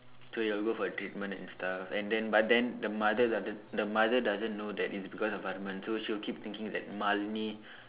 so he got to go for treatment and stuff and then but then the mother doesn't the mother doesn't know that it's because of Varman so she will keeping thinking that Malene